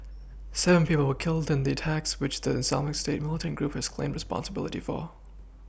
seven people were killed in the attacks which the islamic state militant group has claimed responsibility for